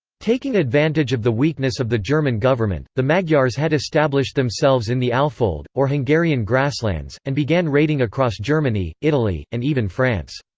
taking advantage of the weakness of the german government, the magyars had established themselves in the alfold, or hungarian grasslands, and began raiding across germany, italy, and even france.